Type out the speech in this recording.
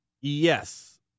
Yes